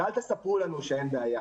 ואל תספרו לנו שאין בעיה.